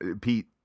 Pete